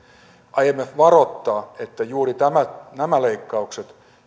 imf varoittaa että juuri nämä leikkaukset